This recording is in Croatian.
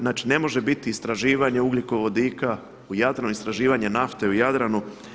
Znači ne može biti istraživanje ugljikovodika u Jadranu, istraživanje nafte u Jadranu.